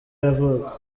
yavutse